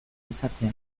izatea